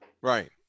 Right